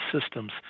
systems